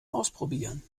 ausprobieren